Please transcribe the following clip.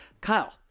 Kyle